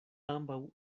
ambaŭ